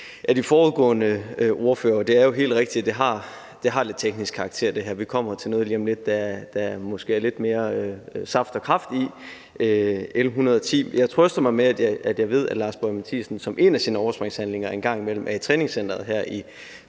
at det her er af teknisk karakter, men vi kommer til noget om lidt, der måske er lidt mere saft og kraft i, nemlig L 110. Jeg trøster mig med, at jeg ved, at Lars Boje Mathiesen som en af sine overspringshandlinger en gang imellem er i træningscenteret her